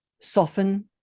soften